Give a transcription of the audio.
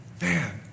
man